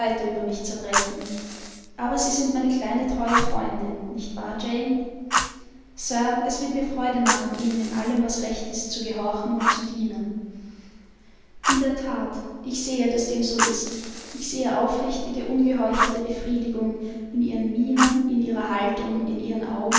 mich zerbrechen aber sie sind meine kleine treue freundin nicht wahr jane sir es wird mir freude machen ihnen in allem was recht ist zu gehorchen und zu dienen in der that ich sehe daß dem so ist ich sehe aufrichtige ungeheuchelte befriedigung in ihren mienen in ihrer haltung in ihren augen